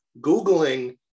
googling